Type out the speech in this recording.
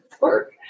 work